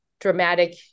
dramatic